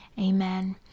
Amen